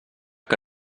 que